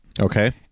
Okay